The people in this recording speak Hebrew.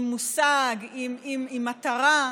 עם מושג, עם מטרה.